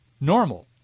normal